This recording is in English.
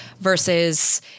versus